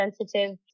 sensitive